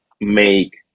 make